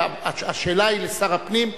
כי השאלה היא לשר הפנים,